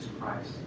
Christ